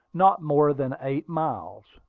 not more than eight miles.